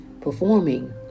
performing